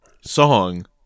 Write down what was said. song